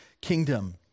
kingdom